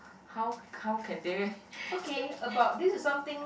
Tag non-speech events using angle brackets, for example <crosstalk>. how how can they <laughs>